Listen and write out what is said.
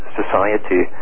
society